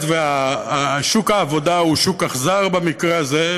והיות ששוק העבודה הוא שוק אכזר במקרה הזה,